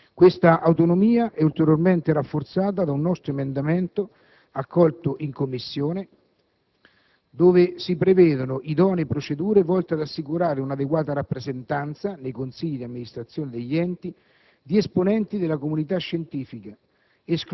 Questa autonomia è ulteriormente rafforzata da un nostro emendamento, accolto in Commissione, dove si prevedono idonee procedure volte ad assicurare un'adeguata rappresentanza, nei consigli d'amministrazione degli enti, di esponenti della comunità scientifica,